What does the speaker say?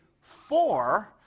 four